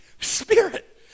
Spirit